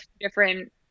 different